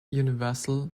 universal